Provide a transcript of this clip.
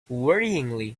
worryingly